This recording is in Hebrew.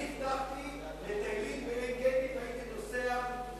אני אבטחתי מטיילים בעין-גדי והייתי נוסע,